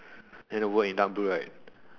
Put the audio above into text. and the word in dark blue right